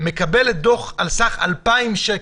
מקבלת דוח על סך 2,000 שקל.